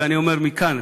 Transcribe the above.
ואני אומר מכאן,